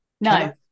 No